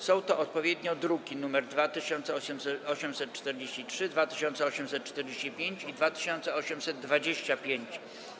Są to odpowiednio druki nr 2843, 2845 i 2825.